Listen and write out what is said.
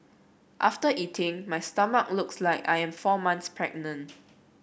after eating my stomach looks like I am four months pregnant